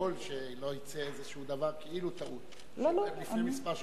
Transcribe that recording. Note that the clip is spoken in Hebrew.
שלא יצא איזשהו דבר כאילו טעות, לפני כמה שבתות,